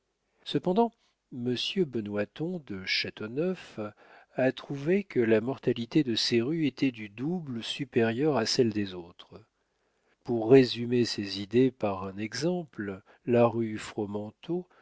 cependant monsieur benoiston de châteauneuf a prouvé que la mortalité de ces rues était du double supérieure à celle des autres pour résumer ces idées par un exemple la rue fromenteau